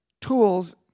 tools